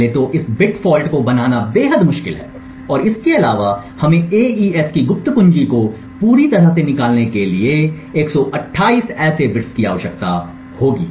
पहले तो इस बिट फॉल्ट को बनाना बेहद मुश्किल है और इसके अलावा हमें एईएस की गुप्त कुंजी को पूरी तरह से निकालने के लिए 128 ऐसे बिट्स की आवश्यकता होगी